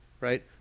right